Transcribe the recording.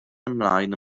ymlaen